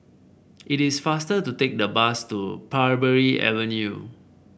it is faster to take the bus to Parbury Avenue